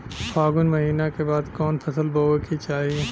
फागुन महीना के बाद कवन फसल बोए के चाही?